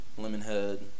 Lemonhead